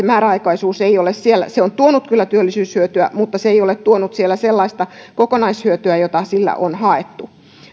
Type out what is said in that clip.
määräaikaisuus vaikka se on tuonut kyllä työllisyyshyötyä ei ole tuonut siellä sellaista kokonaishyötyä jota sillä on haettu